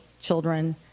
children